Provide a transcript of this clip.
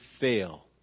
fail